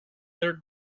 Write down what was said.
their